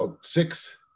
six